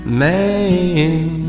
man